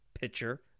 pitcher